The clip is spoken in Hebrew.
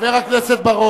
חיים כץ, חבר הכנסת כץ,